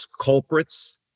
culprits